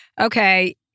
okay